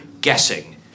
guessing